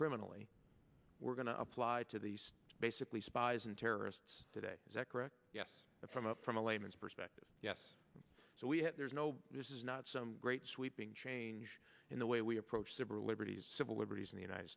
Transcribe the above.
criminally we're going to apply to these basically spies and terrorists today is that correct yes from up from a layman's perspective yes so we there's no this is not some great sweeping change in the way we approach super liberties civil liberties in the united